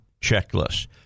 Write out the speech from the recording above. checklist